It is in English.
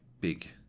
big